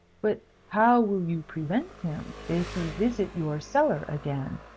but how will you prevent him, if he visit your cellar again?